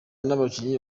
n’abakinnyi